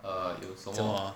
什么 ah